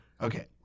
Okay